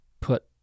put